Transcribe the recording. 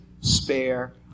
spare